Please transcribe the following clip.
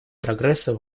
прогресса